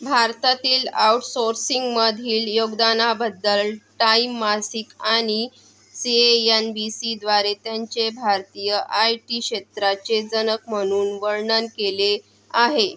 भारतातील आउटसोर्सिंगमधील योगदानाबद्दल टाइम मासिक आणि सी एयन बी सीद्वारे त्यांचे भारतीय आय टी क्षेत्राचे जनक म्हणून वर्णन केले आहे